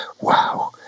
wow